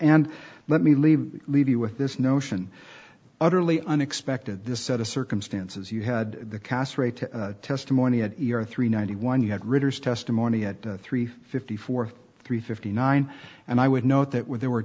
and let me leave leave you with this notion utterly unexpected this set of circumstances you had the castrator testimony at your three ninety one you had readers testimony at three fifty four three fifty nine and i would note that where there were